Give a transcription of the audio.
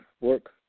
work